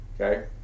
Okay